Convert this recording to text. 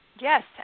Yes